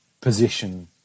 position